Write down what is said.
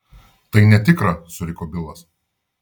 tai netikra suriko bilas